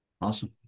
Awesome